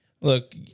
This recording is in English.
Look